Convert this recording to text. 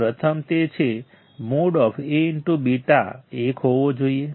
પ્રથમ તે છે |Aβ| 1 હોવો જોઈએ